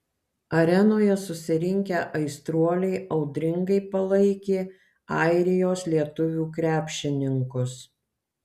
arenoje susirinkę aistruoliai audringai palaikė airijos lietuvių krepšininkus